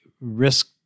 risk